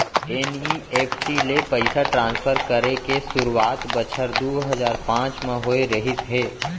NEFT ले पइसा transfer करे के सुरूवात बछर दू हजार पॉंच म होय रहिस हे